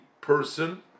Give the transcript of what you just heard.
person